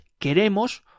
queremos